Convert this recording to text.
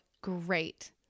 great